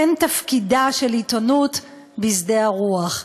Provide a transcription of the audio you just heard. כן תפקידה של עיתונות בשדה הרוח".